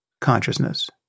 consciousness